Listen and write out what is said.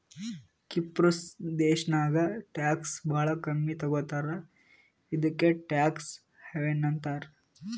ಕಿಪ್ರುಸ್ ದೇಶಾನಾಗ್ ಟ್ಯಾಕ್ಸ್ ಭಾಳ ಕಮ್ಮಿ ತಗೋತಾರ ಇದುಕೇ ಟ್ಯಾಕ್ಸ್ ಹೆವನ್ ಅಂತಾರ